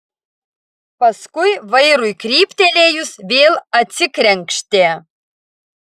paskui vairui kryptelėjus vėl atsikrenkštė